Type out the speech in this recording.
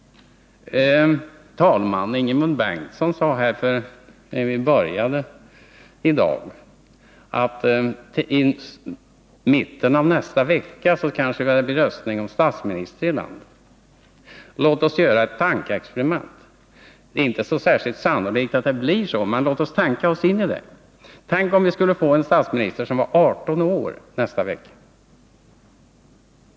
Talman Ingemund Bengtsson sade när vi började i dag att i mitten av nästa vecka kanske det blir röstning om statsminister i landet. Låt oss göra ett tankeexperiment; det är inte så särskilt sannolikt att det blir så, men låt oss tänka oss in i det. Tänk om vi nästa vecka skulle få en statsminister som var 18 år.